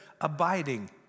abiding